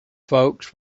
folks